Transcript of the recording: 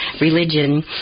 religion